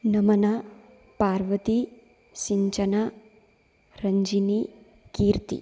Namana Parvati Sinchana Ranjini Kirti